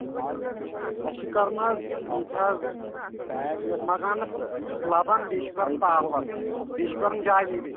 اَسہِ چھِ کَرُن حظ ییٚتہِ حظ یَتھ مَکانَس لَبَن بیٚیہِ چھِ کَرُن تَالوَس بیٚیہِ چھِ کَرُن جایہِ نیٚبٕرۍ